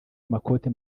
amakoti